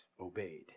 obeyed